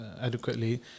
adequately